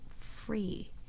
free